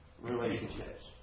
relationships